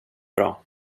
bra